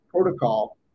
protocol